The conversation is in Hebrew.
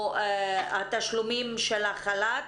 או התשלומים של החל"ת.